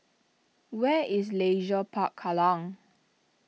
where is Leisure Park Kallang